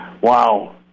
wow